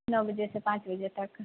नओ बजे से पाँच बजे तक